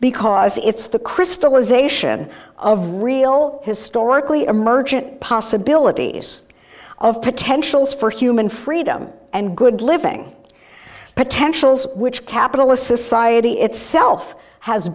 because it's the crystallization of real historically emergent possibilities of potentials for human freedom and good living potentials which capitalist society itself has